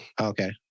Okay